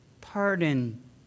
pardon